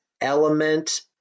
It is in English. Element